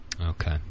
Okay